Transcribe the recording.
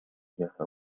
إياها